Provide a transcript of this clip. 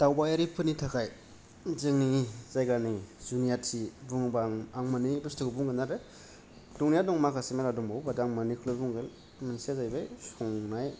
दावबायारिफोरनि थाखाय जोंनि जायगानि जुनियाथि बुङोबा आं मोननै बुसथुखौ बुंगोन आरो दंनाय या दं माखासे मेरला दं बावयो बाद आं मोननै खौल' बुंगोन मोनसेया जाहैबाय संनाय